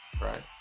right